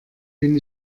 bin